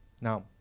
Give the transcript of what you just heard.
Now